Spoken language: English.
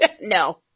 No